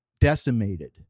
Decimated